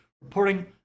reporting